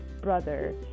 brother